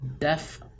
Deaf